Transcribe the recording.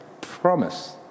promise